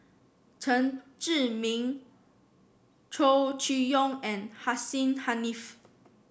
Chen Zhiming Chow Chee Yong and Hussein Haniff